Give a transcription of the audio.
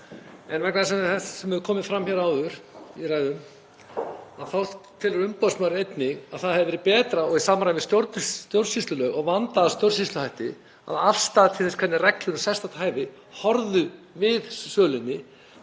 En vegna þess sem hefur komið fram hér áður í ræðum þá telur umboðsmaður einnig að það hefði verið betra og í samræmi við stjórnsýslulög og vandaða stjórnsýsluhætti ef afstaða til þess hvernig reglur um sérstakt hæfi horfðu við sölunni